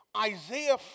Isaiah